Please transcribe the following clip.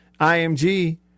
IMG